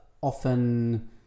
often